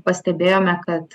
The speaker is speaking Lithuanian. pastebėjome kad